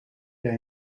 jaar